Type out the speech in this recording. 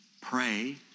pray